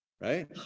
Right